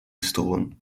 gestolen